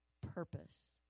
purpose